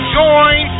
join